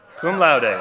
cum laude, ah